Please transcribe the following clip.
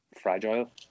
fragile